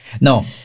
No